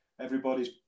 everybody's